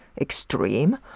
extreme